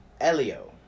Elio